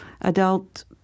adult